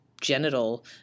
genital